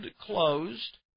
closed